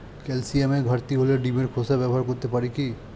ক্যালসিয়ামের ঘাটতি হলে ডিমের খোসা ব্যবহার করতে পারি কি?